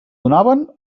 donaven